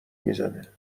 میزنه